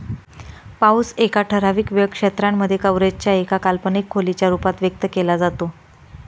पाऊस एका ठराविक वेळ क्षेत्रांमध्ये, कव्हरेज च्या एका काल्पनिक खोलीच्या रूपात व्यक्त केला जातो